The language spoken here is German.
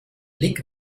blick